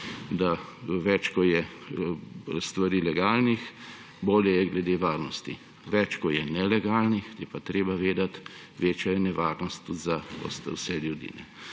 več kot je stvari legalnih, bolje je glede varnosti. Več kot je nelegalnih, je pa treba vedeti, večja je nevarnost za vse ljudi.